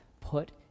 put